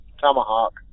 tomahawk